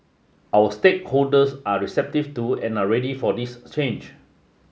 our stakeholders are receptive to and are ready for this change